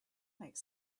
makes